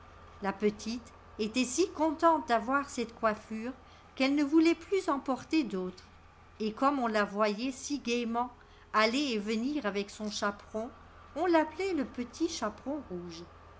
la petite était si contente d'avoir cette coiffure qu'elle ne voulait plus en porter d'autres et comme on la voyait si gaiement aller et venir avec son chaperon on l'appelait le petit chaperon rouge